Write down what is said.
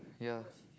ya